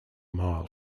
mile